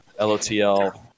lotl